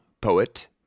poet